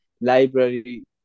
library